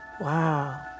wow